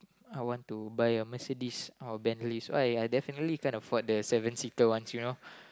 I want to buy a Mercedes or a Bentley so I I definitely can't afford the seven seater ones you know